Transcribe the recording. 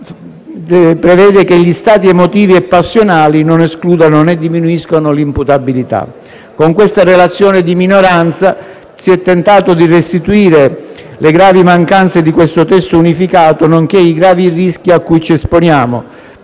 prevede che gli stati emotivi e passionali non escludano né diminuiscano l'imputabilità. Con questa relazione di minoranza si è tentato di restituire le gravi mancanze di questo testo unificato, nonché i gravi rischi ai quali ci esponiamo.